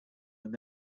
and